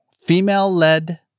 Female-led